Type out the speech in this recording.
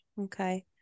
Okay